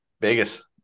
Vegas